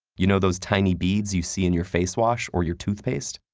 you know those tiny beads you see in your face wash or your toothpaste?